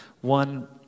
One